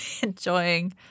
enjoying